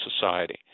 society